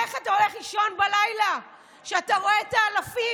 איך אתה הולך לישון בלילה כשאתה רואה את האלפים?